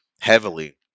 heavily